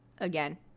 Again